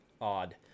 odd